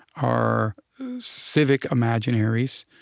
our civic imaginaries